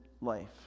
life